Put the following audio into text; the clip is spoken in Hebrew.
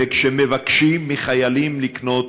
כשמבקשים לקנות,